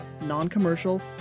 non-commercial